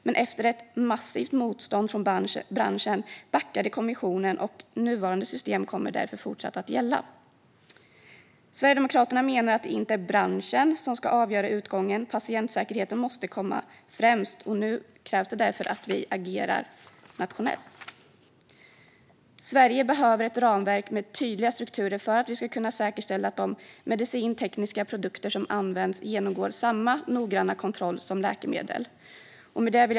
Men efter ett massivt motstånd från branschen backade kommissionen, och nuvarande system kommer därför fortsatt att gälla. Sverigedemokraterna menar att det inte är branschen som ska avgöra utgången. Patientsäkerheten måste komma främst, och nu krävs det därför att vi agerar nationellt. Sverige behöver ett ramverk med tydliga strukturer för att vi ska kunna säkerställa att de medicintekniska produkter som används genomgår samma noggranna kontroll som läkemedel.